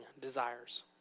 desires